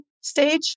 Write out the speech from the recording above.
stage